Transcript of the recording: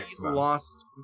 lost